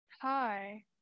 hi